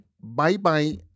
Bye-bye